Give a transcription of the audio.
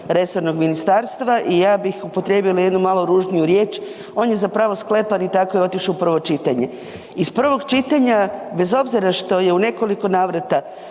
resornog ministarstva i ja bih upotrijebila jednu malo ružniju riječ, on je zapravo sklepan i tako je otišao u prvo čitanje. Iz prvog čitanja, bez obzira što je u nekoliko navrata